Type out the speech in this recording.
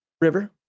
river